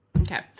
Okay